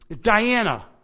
Diana